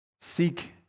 seek